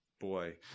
boy